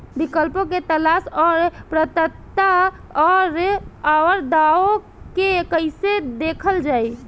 विकल्पों के तलाश और पात्रता और अउरदावों के कइसे देखल जाइ?